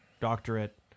doctorate